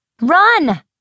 Run